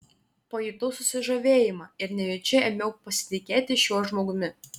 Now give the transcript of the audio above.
pajutau susižavėjimą ir nejučia ėmiau pasitikėti šiuo žmogumi